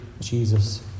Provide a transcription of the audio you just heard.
Jesus